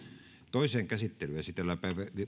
toiseen käsittelyyn esitellään